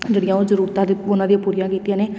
ਜਿਹੜੀਆਂ ਉਹ ਜ਼ਰੂਰਤਾਂ ਦਿਤ ਉਹਨਾਂ ਦੀਆਂ ਪੂਰੀਆਂ ਕੀਤੀਆਂ ਨੇ